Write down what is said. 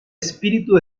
espíritu